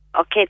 Okay